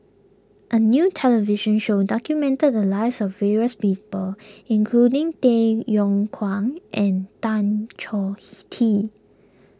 a new television show documented the lives of various people including Tay Yong Kwang and Tan Choh he Tee